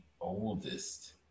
oldest